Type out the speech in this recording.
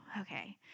Okay